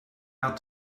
out